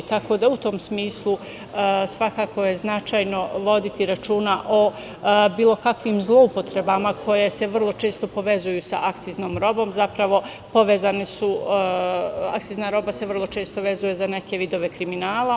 U tom smislu, svakako je značajno voditi računa o bilo kakvim zloupotrebama koje se vrlo često povezuju sa akciznom robom, zapravo, akcizna roba se vrlo često vezuje za vidove kriminala.